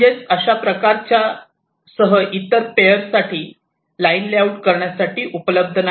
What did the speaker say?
म्हणजेच अशा प्रकारच्या सह इतर पेअर साठी लाईन लेआउट करण्यासाठी उपलब्ध नाही